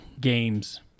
games